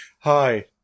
Hi